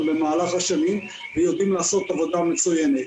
במהלך השנים ויודעים לעשות עבודה מצוינת.